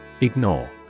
Ignore